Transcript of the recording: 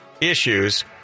issues